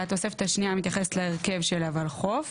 התוספת השנייה מתייחסת להרכב של הוולחו"פ